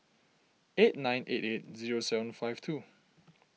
eight nine eight eight zero seven five two